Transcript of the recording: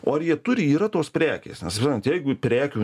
o ar jie turi yra tos prekės nes jeigu prekių